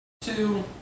Two